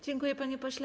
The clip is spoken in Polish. Dziękuję, panie pośle.